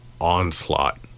onslaught